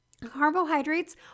Carbohydrates